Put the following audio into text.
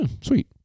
sweet